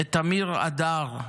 את תמיר אדר,